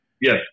Yes